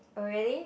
oh really